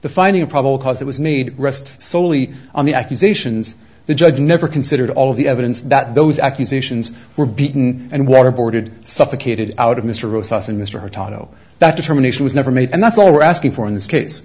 the finding of probable cause that was need rests solely on the accusations the judge never considered all of the evidence that those accusations were beaten and water boarded suffocated out of mr ross and mr hurtado that determination was never made and that's all we're asking for in this case